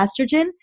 estrogen